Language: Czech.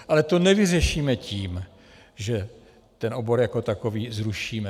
Ale to nevyřešíme tím, že ten obor jako takový zrušíme.